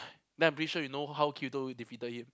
then I'm pretty sure you know how Kirito defeated him